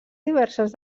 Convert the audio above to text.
diverses